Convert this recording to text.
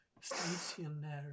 Stationary